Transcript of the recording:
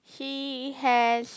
he has